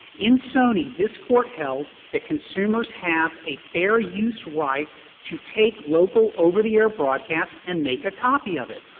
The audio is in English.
in sony, this court held that consumers have a fair use right to take local over-the-air broadcasts and make a copy of it.